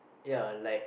ya like